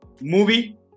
movie